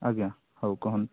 ଆଜ୍ଞା ହଉ କୁହନ୍ତୁ